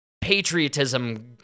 patriotism